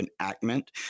enactment